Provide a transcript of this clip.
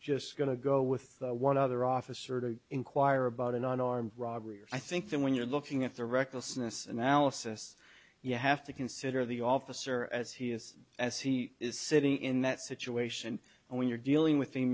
just going to go with one other officer to inquire about an armed robbery or i think that when you're looking at the recklessness analysis you have to consider the officer as he is as he is sitting in that situation and when you're dealing with